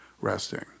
resting